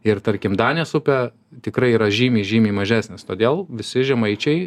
ir tarkim danės upę tikrai yra žymiai žymiai mažesnis todėl visi žemaičiai